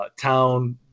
Town